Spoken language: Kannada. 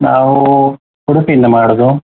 ನಾವು ಉಡುಪಿಯಿಂದ ಮಾತಾಡೋದು